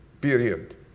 Period